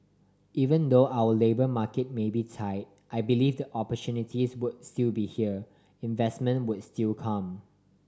even though our labour market may be tight I believe the opportunities would still be here investment would still come